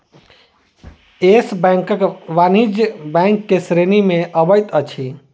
yes Bank वाणिज्य bank के श्रेणी में अबैत अछि